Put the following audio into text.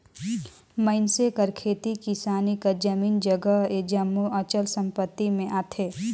मइनसे कर खेती किसानी कर जमीन जगहा ए जम्मो अचल संपत्ति में आथे